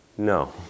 No